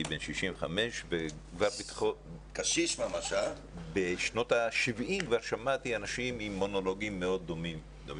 אני בן 65. שמעתי אנשים עם מונולוגים מאוד דומים.